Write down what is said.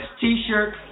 T-Shirt